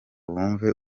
bumve